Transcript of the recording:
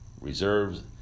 reserves